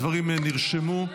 הדברים נרשמו.